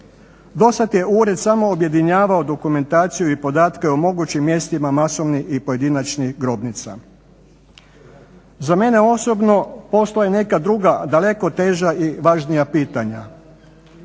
Do sada je ured samo objedinjavao dokumentaciju i podatke o mogućim mjestima masovnih i pojedinačnih grobnica. Za mene osobno postoje neka druga daleko teža i važnija pitanja.